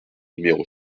numéro